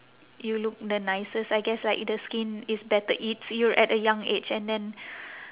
you look the nicest I guess like the skin is better it's you're at a young age and then